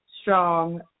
strong